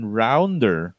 rounder